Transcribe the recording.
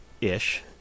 ish